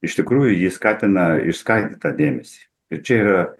iš tikrųjų ji skatina išskaidyt tą dėmesį ir čia yra